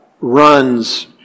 runs